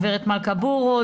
הגב' מלכה בורו,